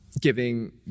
giving